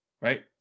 right